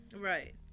Right